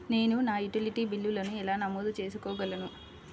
నేను నా యుటిలిటీ బిల్లులను ఎలా నమోదు చేసుకోగలను?